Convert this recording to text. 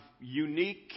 unique